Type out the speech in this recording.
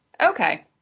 okay